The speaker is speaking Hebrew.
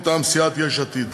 מטעם סיעת יש עתיד.